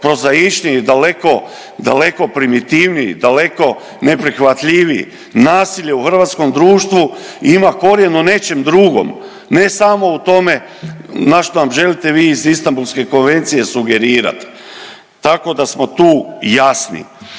prozaičniji, daleko primitivniji, daleko neprihvatljiviji. Nasilje u hrvatskom društvu ima korijen u nečem drugom ne samo u tome na što nam želite vi iz Istambulske konvencije sugerirati tako da smo tu jasni.